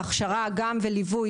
הכשרה וליווי,